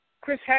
Chris